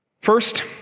First